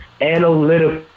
analytical